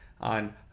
on